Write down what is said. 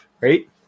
Right